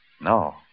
No